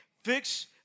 Fix